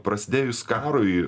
prasidėjus karui